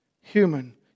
human